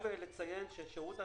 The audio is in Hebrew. שירות התעסוקה,